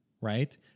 right